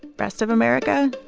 rest of america,